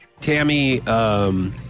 Tammy